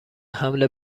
حمل